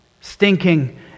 stinking